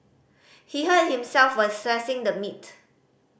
he hurt himself while slicing the meat